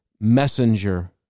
messenger